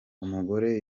umugore